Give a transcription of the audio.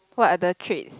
what other traits